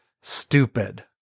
stupid